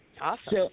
awesome